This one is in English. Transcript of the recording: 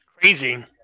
Crazy